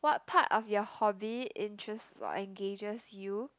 what part of your hobby interests or engages you